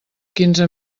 quinze